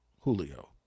Julio